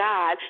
God